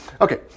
Okay